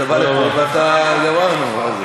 אתה בא לפה ואתה, גמרנו.